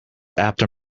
after